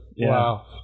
Wow